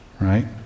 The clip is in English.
right